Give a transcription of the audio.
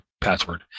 password